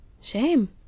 Shame